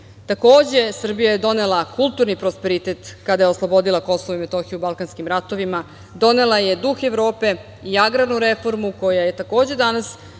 Takođe, Srbija je donela kulturni prosperitet kada je oslobodila Kosovo i Metohiju u balkanskim ratovima, donela je duh Evrope i agrarnu reformu koja je danas